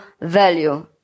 value